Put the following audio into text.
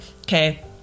okay